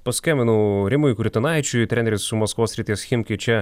paskambinau rimui kurtinaičiui treneris su maskvos srities chimki čia